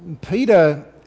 Peter